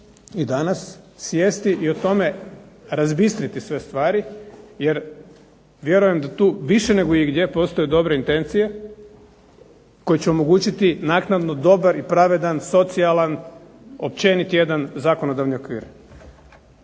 moguće sjesti i o tome razmisliti te stvari jer vjerujem da tu više nego igdje postoje dobre intencije koje će omogućiti naknadno dobar i pravedan, socijalan, općenit jedan zakonodavni okvir.